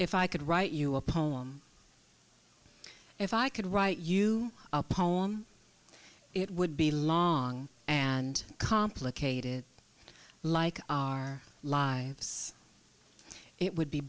if i could write you a poem if i could write you a poem it would be long and complicated like our lives it would be